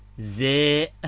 the